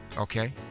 Okay